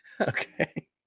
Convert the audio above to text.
okay